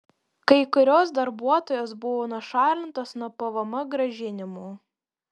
kai kurios darbuotojos buvo nušalintos nuo pvm grąžinimų